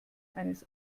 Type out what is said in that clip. eines